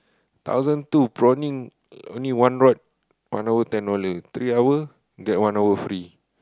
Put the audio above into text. thousand two prawning uh only one rod one hour ten hour three hour get one hour free